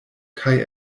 kaj